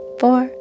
four